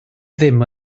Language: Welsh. ddim